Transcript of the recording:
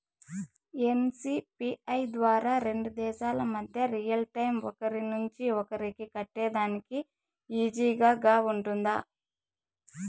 NCPI ద్వారా రెండు దేశాల మధ్య రియల్ టైము ఒకరి నుంచి ఒకరికి కట్టేదానికి ఈజీగా గా ఉంటుందా?